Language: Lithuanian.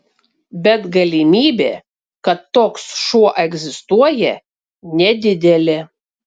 bet galimybė kad toks šuo egzistuoja nedidelė